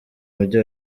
mujyi